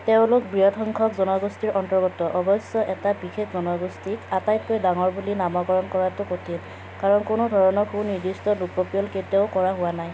তেওঁলোক বৃহৎ সংখ্যক জনগোষ্ঠীৰ অন্তৰ্গত অৱশ্যে এটা বিশেষ জনগোষ্ঠীক আটাইতকৈ ডাঙৰ বুলি নামকৰণ কৰাটো কঠিন কাৰণ কোনো ধৰণৰ সুনিৰ্দিষ্ট লোকপিয়ল কেতিয়াও কৰা হোৱা নাই